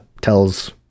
tells